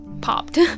popped